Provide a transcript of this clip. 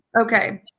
okay